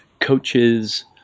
coaches